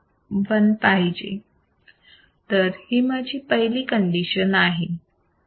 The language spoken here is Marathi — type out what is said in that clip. तर ही माझी पहिली कंडीशन आहे